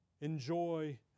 enjoy